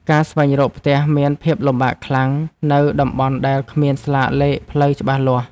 ការស្វែងរកផ្ទះមានភាពលំបាកខ្លាំងនៅតំបន់ដែលគ្មានស្លាកលេខផ្លូវច្បាស់លាស់។